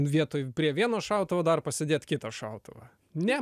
vietoj prie vieno šautuvo dar pasidėt kitą šautuvą ne